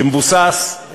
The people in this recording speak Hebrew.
שמבוסס,